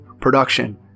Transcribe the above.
production